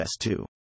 S2